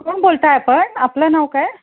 कोण बोलत आहे आपण आपलं नाव काय